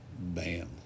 Bam